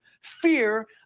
fear